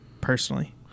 personally